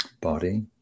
body